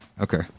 Okay